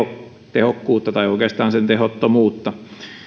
tehokkuutta tai oikeastaan sen tehottomuutta